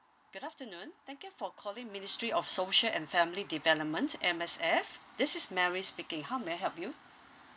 good afternoon thank you for calling ministry of social and family development M_S_F this is mary speaking how may I help you